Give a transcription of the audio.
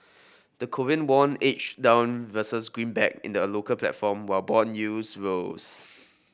the Korean won edged down versus greenback in the local platform while bond yields rose